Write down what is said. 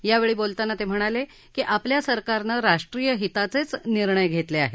यावेळी बोलताना ते म्हणाले की आपल्या सरकारने राष्ट्रीय हिताचेच निर्णय घेतले आहेत